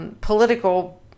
political